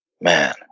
Man